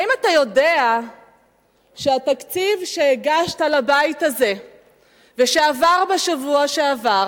האם אתה יודע שהתקציב שהגשת לבית הזה ושעבר בשבוע שעבר,